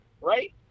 Right